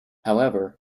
however